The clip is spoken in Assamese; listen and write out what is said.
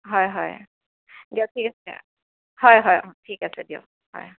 হয় হয় দিয়ক ঠিক আছে হয় হয় ঠিক আছে হয়